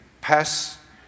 pass